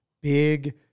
big